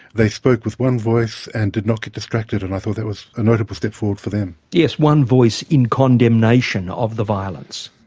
they spoke with one voice and did not get distracted, and i thought that was a notable step forward for them. yes, one voice in condemnation of the violence.